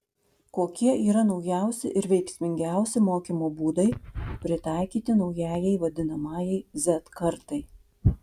kokie yra naujausi ir veiksmingiausi mokymo būdai pritaikyti naujajai vadinamajai z kartai